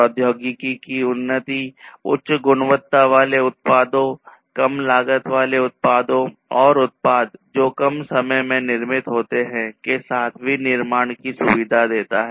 प्रौद्योगिकी की उन्नति उच्च गुणवत्ता वाले उत्पादों कम लागत वाले उत्पादों और उत्पाद जो कम समय में निर्मित होते हैं के साथ विनिर्माण की सुविधा देता है